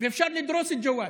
ואפשר לדרוס את ג'וואד,